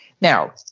Now